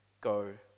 go